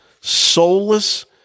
soulless